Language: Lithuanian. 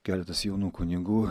keletas jaunų kunigų